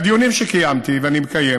בדיונים שקיימתי ואני מקיים